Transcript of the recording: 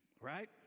Right